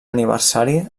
aniversari